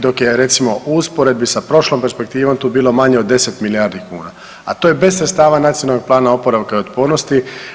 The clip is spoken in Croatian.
Dok je recimo u usporedbi sa prošlom perspektivom tu bilo manje od 10 milijardi kuna, a to je bez sredstava Nacionalnog plana oporavka i otpornosti.